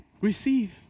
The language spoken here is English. Receive